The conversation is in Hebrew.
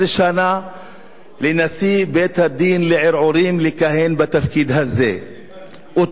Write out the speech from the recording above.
לנשיא בית-הדין לערעורים לכהן בתפקיד הזה אותו חוק.